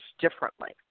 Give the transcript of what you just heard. differently